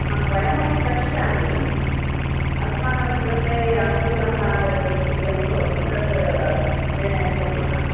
हा द्वयमपि पश्यामि अस्माकं कृते अनुकूलः य् यत् भवति तत् निर्णयं कुर्मः